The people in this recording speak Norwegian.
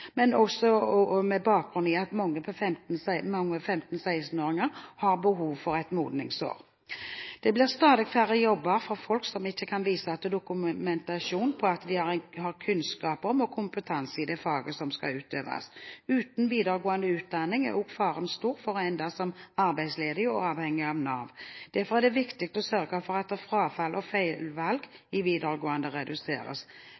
også med bakgrunn i at mange 15–16-åringer har behov for et modningsår. Det blir stadig færre jobber for folk som ikke kan vise til dokumentasjon på at de har kunnskap om og kompetanse i det faget som skal utøves. Uten videregående utdanning er også faren stor for å ende som arbeidsledig og avhengig av Nav. Derfor er det viktig å sørge for at frafall og feilvalg i videregående skole reduseres.